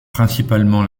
principalement